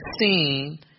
seen